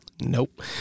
Nope